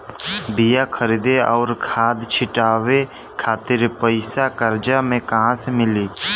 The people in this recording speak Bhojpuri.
बीया खरीदे आउर खाद छिटवावे खातिर पईसा कर्जा मे कहाँसे मिली?